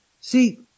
see